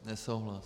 Nesouhlas.